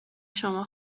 شما